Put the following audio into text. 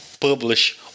publish